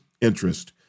interest